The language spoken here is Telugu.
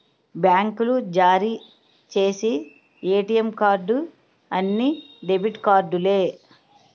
బ్యాంకులు జారీ చేసి ఏటీఎం కార్డు అన్ని డెబిట్ కార్డులే